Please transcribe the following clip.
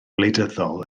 wleidyddol